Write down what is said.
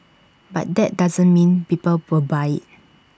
but that doesn't mean people will buy IT